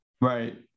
Right